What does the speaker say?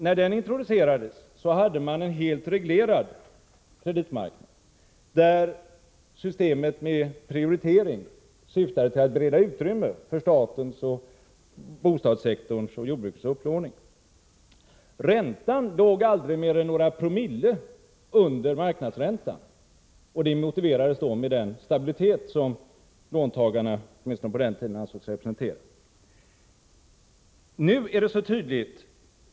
När de introducerades hade man en helt reglerad kreditmarknad, där systemet med prioritering syftade till att bereda utrymme för statens, bostadssektorns och jordbrukets upplåning. Räntan låg aldrig mer än några promille under marknadsräntan, och det motiverades med den stabilitet som låntagarna, åtminstone på den tiden, ansågs representera.